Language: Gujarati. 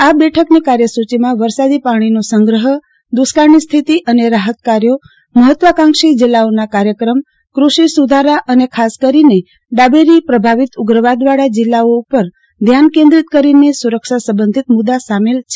આ બેઠકની કાર્યસુચીમાં વરસાદી પાણીનો સંગ્રહ દૃષ્કાળની સ્થિતિ અને રાહત કાર્યો મહત્વકાંક્ષી જીલ્લાઓના કાર્યક્રમ ક્રષિ સુધારા અને ખાસ કરીને ડાબેરી પ્રભાવિત ઉપ્રવાદવાળા જીલ્લાઓ ઉપર ધ્યાન કેન્દ્રીત કરીને સુરક્ષા સંબંધિત મુદ્દા સામેલ છે